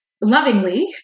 lovingly